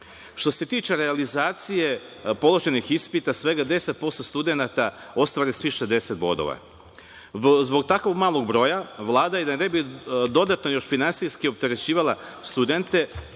se tiče realizacije položenih ispita, svega 10% studenata ostvari svih 60 bodova. Zbog tako malog broja Vlada da ne bi dodatno još finansijski opterećivala studente,